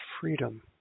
freedom